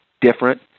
different